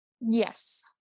yes